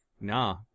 nah